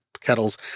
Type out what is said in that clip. kettles